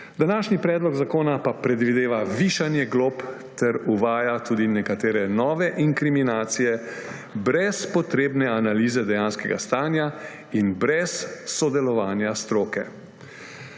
Današnji predlog zakona pa predvideva višanje glob ter uvaja tudi nekatere nove inkriminacije brez potrebne analize dejanskega stanja in brez sodelovanja stroke.